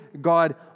God